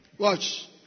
Watch